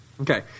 Okay